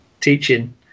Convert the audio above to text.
teaching